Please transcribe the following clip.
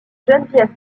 geneviève